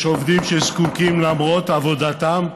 יש עובדים שזקוקים, למרות עבודתם,